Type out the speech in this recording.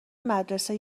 مدرسه